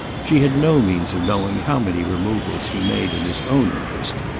she had no means of knowing how many removals he made in his own interest,